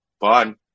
fun